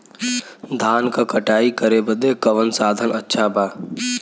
धान क कटाई करे बदे कवन साधन अच्छा बा?